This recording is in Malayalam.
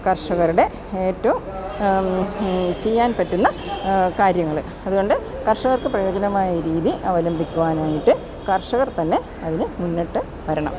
കർഷകരുടെ ഏറ്റവും ചെയ്യാൻ പറ്റുന്ന കാര്യങ്ങള് അതുകൊണ്ട് കർഷകർക്ക് പ്രയോജനമായ രീതി അവലംബിക്കുവാനായിട്ട് കർഷകർ തന്നെ അതിന് മുന്നിട്ട് വരണം